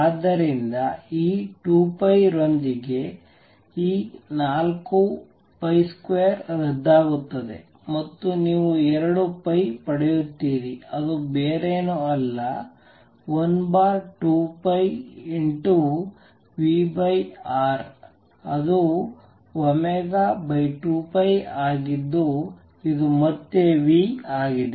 ಆದ್ದರಿಂದ ಈ 2 ರೊಂದಿಗೆ ಈ 4 2 ರದ್ದಾಗುತ್ತದೆ ಮತ್ತು ನೀವು ಎರಡು ಪಡೆಯುತ್ತೀರಿ ಅದು ಬೇರೇನಲ್ಲ 12πvR ಅದು 2π ಆಗಿದ್ದು ಇದು ಮತ್ತೆ ಆಗಿದೆ